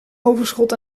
overschot